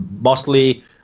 mostly